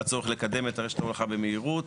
הצורך לקדם את רשת ההולכה במהירות,